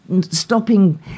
stopping